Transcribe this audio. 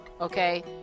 Okay